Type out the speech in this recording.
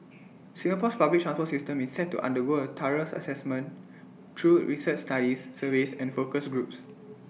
Singapore's public transport system is set to undergo A thorough Assessment through research studies surveys and focus groups